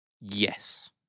Yes